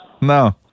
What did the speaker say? No